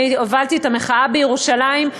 אני הובלתי את המחאה בירושלים,